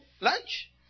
lunch